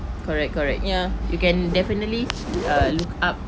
correct correct you can definitely uh look up